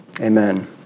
Amen